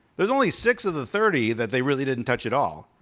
there's only six of the thirty that they really didn't touch at all.